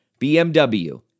BMW